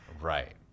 right